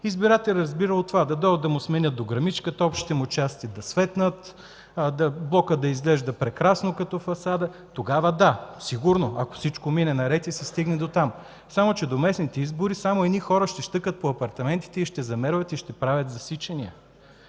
Избирателят разбира от това: да дойдат да му сменят дограмичката, общите му части да светнат, блокът да изглежда прекрасно като фасада – тогава да, сигурно, ако всичко мине наред и се стигне дотам. Само че до местните избори само едни хора ще щъкат по апартаментите, ще замерват и ще правят засичания.